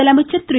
முதலமைச்சர் திரு